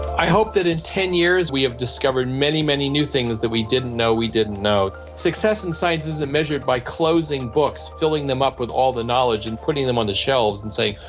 i hope that in ten years we have discovered many, many new things that we didn't know we didn't know. success in science isn't measured by closing books, filling them up with all the knowledge and putting them on the shelves and saying,